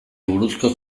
buruzko